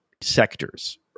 sectors